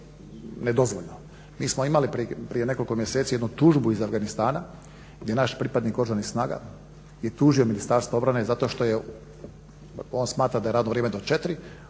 Mi smo imali prije nekoliko mjeseci jednu tužbu iz Afganistana gdje je naš pripadnik Oružanih snaga tužio Ministarstvo obrane zato što on smatra da je radno vrijeme do 4,